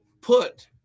put